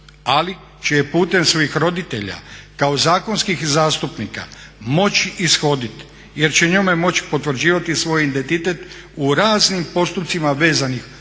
ali će je putem svojih roditelja kao zakonskih zastupnica moći ishoditi jer će njome moći potvrđivati svoj identitet u raznim postupcima vezanim uz